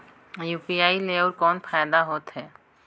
UPI ले अउ कौन फायदा होथ है?